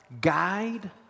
guide